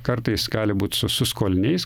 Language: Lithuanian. kartais gali būt su su skoliniais